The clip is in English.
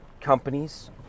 companies